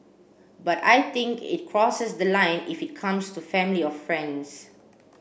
but I think it crosses the line if it comes to family or friends